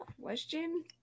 question